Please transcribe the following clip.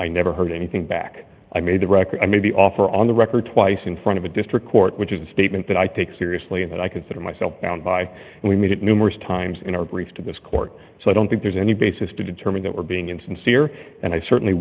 i never heard anything back i made the record i made the offer on the record twice in front of a district court which is a statement that i take seriously and that i consider myself bound by and we made it numerous times in our brief to this court so i don't think there's any basis to determine that we're being insincere and i certainly